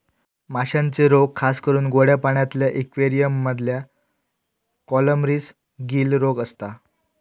माश्यांचे रोग खासकरून गोड्या पाण्यातल्या इक्वेरियम मधल्या कॉलमरीस, गील रोग असता